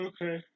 Okay